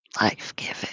life-giving